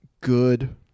good